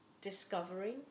discovering